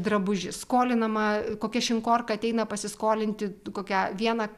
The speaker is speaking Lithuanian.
drabužis skolinama kokia šinkorka ateina pasiskolinti kokią vieną